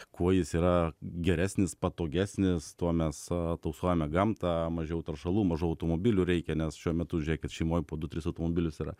kuo jis yra geresnis patogesnis tuo mes tausojame gamtą mažiau taršalų mažiau automobilių reikia nes šiuo metu žėkit šeimoj po du tris automobilius yra